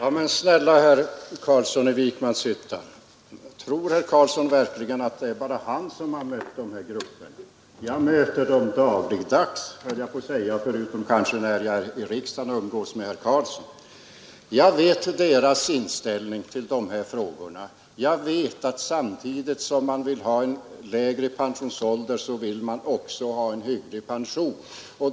Herr talman! Snälla herr Carlsson i Vikmanshyttan! Tror herr Carlsson verkligen att det bara är han som har mött de här grupperna? Jag möter dem dagligdags, utom när jag är i riksdagen och umgås med herr Carlsson. Jag vet deras inställning till de här frågorna. Jag vet att samtidigt som de vill ha en lägre pensionsålder vill de ha en hygglig pension.